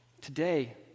Today